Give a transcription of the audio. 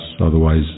otherwise